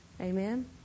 Amen